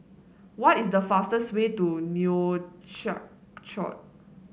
what is the fastest way to Nouakchott